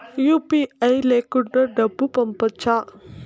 UPI లేకుండా డబ్బు పంపొచ్చా